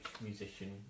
musician